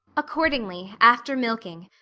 accordingly, after milking,